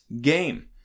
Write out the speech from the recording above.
game